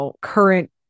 current